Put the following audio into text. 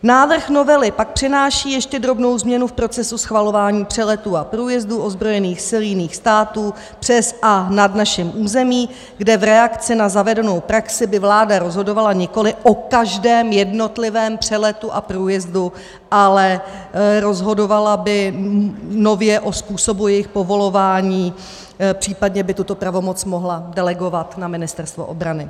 Návrh novely pak přináší ještě drobnou změnu v procesu schvalování přeletů a průjezdů ozbrojených sil jiných států přes a nad naším územím, kde v reakci na zavedenou praxi by vláda rozhodovala nikoli o každém jednotlivém přeletu a průjezdu, ale rozhodovala by nově o způsobu jejich povolování, případně by tuto pravomoc mohla delegovat na Ministerstvo obrany.